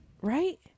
Right